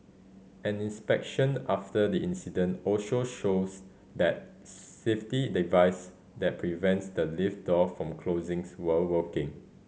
an inspection after the incident also shows that safety device that prevents the lift door from closings will working